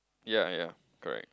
ya ya correct